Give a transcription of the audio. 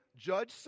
judge